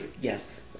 Yes